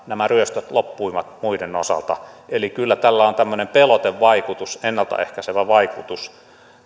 nämä ryöstöt loppuivat muiden osalta eli kyllä tällä on on pelotevaikutus ennalta ehkäisevä vaikutus